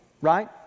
right